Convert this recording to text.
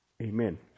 Amen